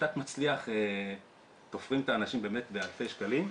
שבשיטת מצליח תופרים את האנשים באמת באלפי שקלים.